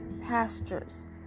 pastures